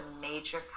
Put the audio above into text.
major